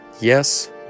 Yes